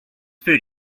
food